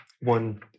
one